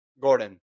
Gordon